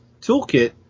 Toolkit